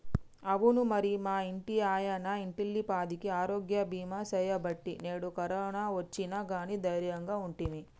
అవునా మరి మా ఇంటాయన ఇంటిల్లిపాదికి ఆరోగ్య బీమా సేయబట్టి నేడు కరోనా ఒచ్చిన గానీ దైర్యంగా ఉంటిమి